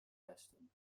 testen